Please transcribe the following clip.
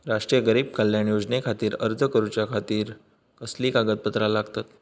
राष्ट्रीय गरीब कल्याण योजनेखातीर अर्ज करूच्या खाती कसली कागदपत्रा लागतत?